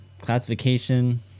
classification